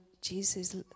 Jesus